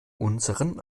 unseren